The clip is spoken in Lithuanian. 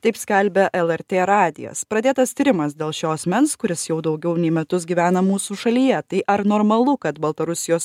taip skelbia lrt radijas pradėtas tyrimas dėl šio asmens kuris jau daugiau nei metus gyvena mūsų šalyje tai ar normalu kad baltarusijos